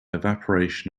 evaporation